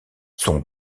son